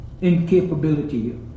incapability